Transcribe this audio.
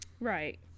Right